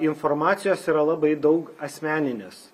informacijos yra labai daug asmeninės